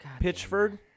Pitchford